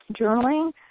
journaling